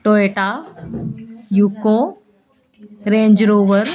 Toyota ਯੂਕੋ Range Rover